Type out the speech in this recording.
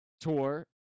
tour